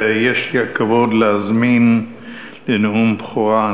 נכונו לך עלילות.